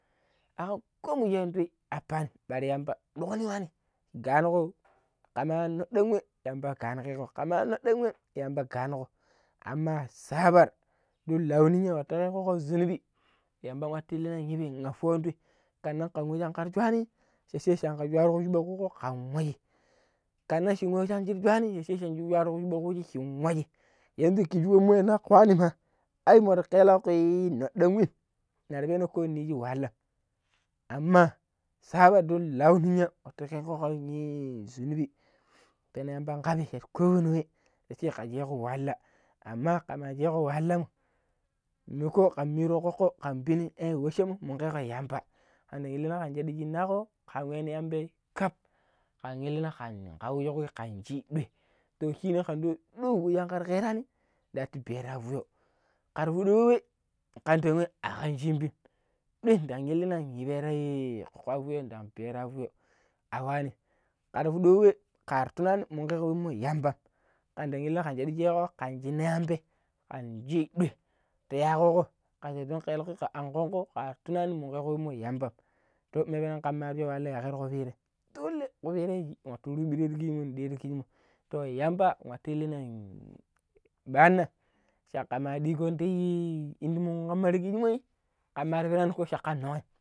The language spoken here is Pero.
﻿akkam ko miji andoi apani bari yamba ɗog ni wanni shi ganigo kama ndon wai yamba ga ni gego kama an nodon wai yamba. gamugo ammar sabar dun lau ninya watukego ka zunubi yamba watu illina yibi affo andoi kannan kan wa shangar shuwani sha shai shanga shwarugo shuɗokk wa kugo kan wai kanan shin wa wai shangar shuwani sha shai shine shwarugo shudok pedi shin swashi yanzu kiji wai ahannaka yuwani ma ai mo keelankui nodon waim nar peno ko ni shi wahallam amma sabar don lau ninya watigego kanii zunubi penan yamba kabbi sha kowani wai sa see ka shego wahalla amma kama shego wahalanmo makon kan miru kokkoi kan pini sha ee washan mongego yamba kandan illina kan shadi shinaƙƙo kan weno wambai kap kan illina kan kawujo kui kan shi duai to shine kan di wa duai wa shan gar kerani dattu biyara fuyo kar fudu wa wai kan dan wa akan shimbim duai dan illina iberoi koko ya fuyo dan biyaro fuyo a wannim kar pidi wa wa kar tunanim mungo ge wenmo yambam kan dan illina ka shadu sheƙƙo kan shina yambai kan shi duai ti yaƙƙo go kasha dun ellankui ka an kongo kar tunani mungego wenmo yambam to dimam ka mar sho wahallanm wagai ti ku piram dolo kupira yiji watu rubirari kiji n diaro kijimo too yamba watu illina banina shakka ma digon tii indirimu kamara kijimoi kamar penanim ko shakka nong.